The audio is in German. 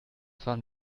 fahren